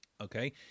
Okay